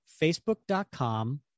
facebook.com